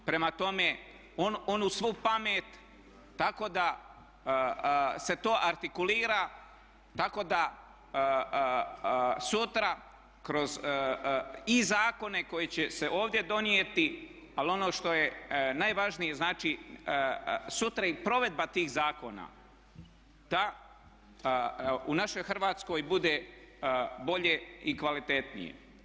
Prema tome onu svu pamet, tako da se to artikulira, tako da sutra kroz i zakone koji će se ovdje donijeti ali i ono što je najvažnije znači sutra i provedba tih zakona da u našoj Hrvatskoj bude bolje i kvalitetnije.